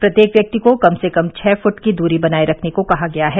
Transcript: प्रत्येक व्यक्ति को कम से कम छह फूट की दूरी बनाये रखने को कहा गया है